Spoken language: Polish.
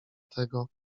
tego